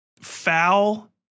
foul